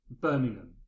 Birmingham